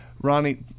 Ronnie